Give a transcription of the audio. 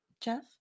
Jeff